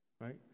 Right